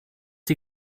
die